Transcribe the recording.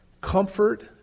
Comfort